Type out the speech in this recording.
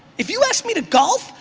if you ask me to golf,